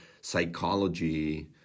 psychology